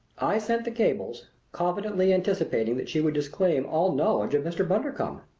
i sent the cables, confidently anticipating that she would disclaim all knowledge of mr. bundercombe.